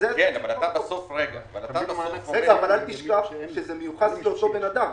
אל תשכח שזה מיוחס לאותו בן אדם.